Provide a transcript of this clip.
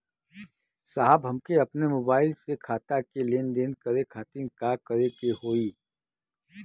साहब हमके अपने मोबाइल से खाता के लेनदेन करे खातिर का करे के होई?